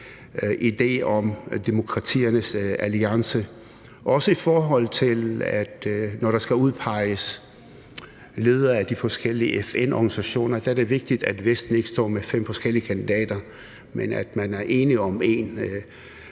idé om demokratiernes alliance. Også i forhold til når der skal udpeges ledere af de forskellige FN-organisationer, er det vigtigt, at Vesten ikke står med fem forskellige kandidater, men at man er enige om én.